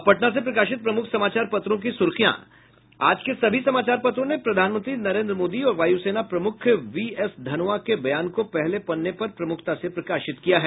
अब पटना से प्रकाशित प्रमुख समाचार पत्रों की सुर्खियां आज के सभी समाचार पत्रों ने प्रधानमंत्री नरेन्द्र मोदी और वायु सेना प्रमुख वी एस धनोआ के बयान को पहले पन्ने पर प्रमुखता से प्रकाशित किया है